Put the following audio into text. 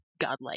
godlike